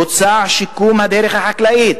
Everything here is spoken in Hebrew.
בוצע שיקום הדרך החקלאית,